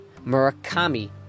Murakami